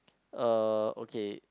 uh okay